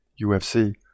UFC